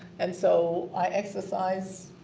and so i exercise.